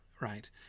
right